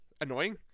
annoying